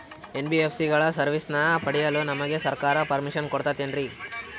NBSC ಗಳ ಸರ್ವಿಸನ್ನ ಪಡಿಯಲು ನಮಗೆ ಸರ್ಕಾರ ಪರ್ಮಿಷನ್ ಕೊಡ್ತಾತೇನ್ರೀ?